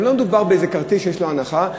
גם לא מדובר באיזה כרטיס שיש לו הנחה.